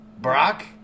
Brock